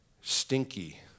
stinky